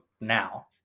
now